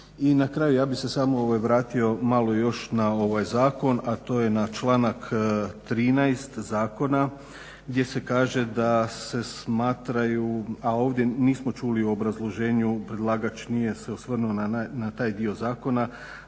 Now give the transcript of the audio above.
I na kraju ja bih se samo vratio malo još na ovaj zakon, a to je na članak 13. zakona gdje se kaže da se smatraju, a ovdje nismo čuli u obrazloženju, predlagatelj nije se osvrnuo na taj dio zakona